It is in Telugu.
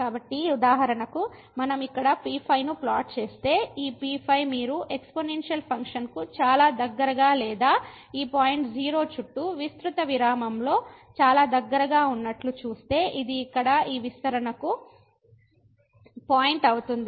కాబట్టి ఉదాహరణకు మనం ఇక్కడ P5 ను ప్లాట్ చేస్తే ఈ P5 మీరు ఎక్స్పోనెన్షియల్ ఫంక్షన్కు చాలా దగ్గరగా లేదా ఈ పాయింట్ 0 చుట్టూ విస్తృత విరామంలో చాలా దగ్గరగా ఉన్నట్లు చూస్తే ఇది ఇక్కడ ఈ విస్తరణకు ఎక్స్పాన్షన్ expansion పాయింట్ అవుతుంది